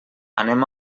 anem